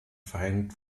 verhängt